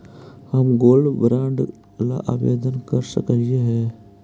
हम gold bond ला आवेदन कर सकली हे?